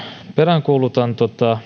peräänkuulutan